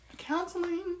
Counseling